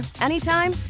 anytime